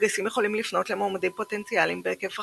מגייסים יכולים לפנות למועמדים פוטנציאליים בהיקף רחב,